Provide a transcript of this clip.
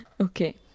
Okay